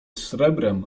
srebrem